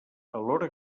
alhora